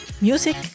Music